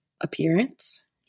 appearance